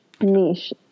Niche